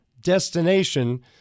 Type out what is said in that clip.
destination